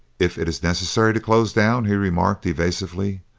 if it's necessary to close down, he remarked, evasively,